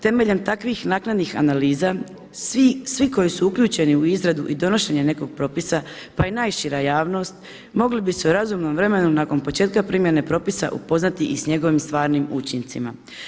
Temeljem takvih naknadnih analiza svi koji su uključeni u izradu i donošenje nekog propisa, pa i najšira javnost mogli bi se u razumnom vremenu nakon početka primjene propisa upoznati i s njegovim stvarnim učincima.